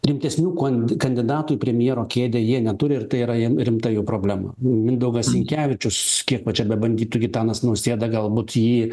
rimtesnių kond kandidatų į premjero kėdę jie neturi ir tai yra jiem rimta jų problema mindaugas sinkevičius kiek va čia bebandytų gitanas nausėda galbūt jį